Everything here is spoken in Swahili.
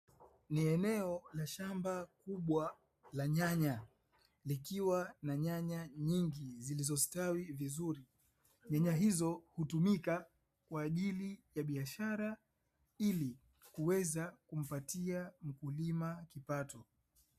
Ni eneo la shamba kubwa la nyanya, likiwa na nyanya nyingi zilizostawi vizuri. Nyanya hizo hutumika kwa ajili ya biashara ili kuweza kumpatia mkulima kipato.